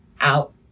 out